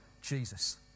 Jesus